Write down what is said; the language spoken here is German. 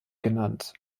genannt